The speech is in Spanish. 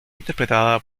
interpretada